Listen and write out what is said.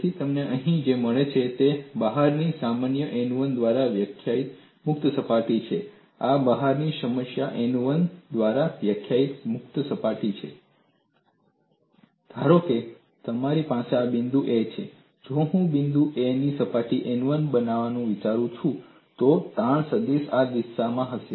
તેથી તમને અહીં જે મળે છે તે છે આ બહારની સામાન્ય n 1 દ્વારા વ્યાખ્યાયિત મુક્ત સપાટી છે આ બહારની સામાન્ય n 2 દ્વારા વ્યાખ્યાયિત મુક્ત સપાટી છે ધારો કે મારી પાસે આ બિંદુ A છે જો હું બિંદુ A ને સપાટી n 1 બનાવવાનું વિચારું તો તાણ સદીશ આ દિશામાં હશે